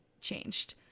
changed